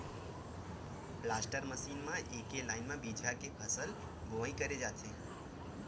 planter machine म एके line म बीजहा के बोवई करे जाथे